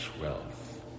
wealth